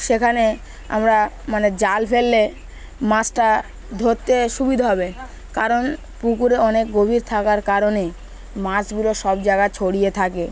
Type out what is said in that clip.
সেখানে আমরা মানে জাল ফেললে মাছটা ধরতে সুবিধা হবে কারণ পুকুরে অনেক গভীর থাকার কারণে মাছগুলো সব জায়গায় ছড়িয়ে থাকে